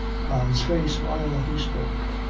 con's face, while he spoke,